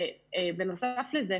ובנוסף לזה,